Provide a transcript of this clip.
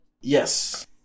Yes